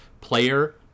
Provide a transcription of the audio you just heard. player